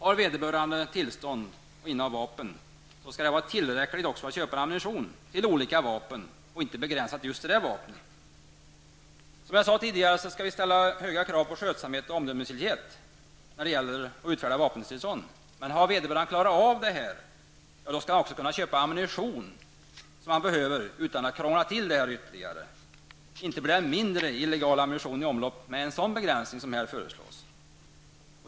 Om vederbörande har vapentillstånd skall det vara tillräckligt för att man skall få köpa ammunition till olika vapen. Det skall inte vara begränsat till ett. Som jag sade tidigare skall vi ställa höga krav på skötsamhet och omdömesgillhet hos den som vill ha vapentillstånd. Men har vederbörande klarat det skall han kunna köpa den ammunition som han behöver utan att vi behöver krångla till det ytterligare. Inte blir det mindre illegal ammunition i omlopp med en sådan begränsning som nu föreslås.